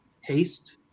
haste